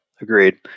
agreed